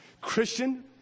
Christian